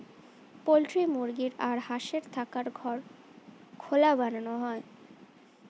poultry মুরগি আর হাঁসের থাকার ঘর খোলা বানানো হয়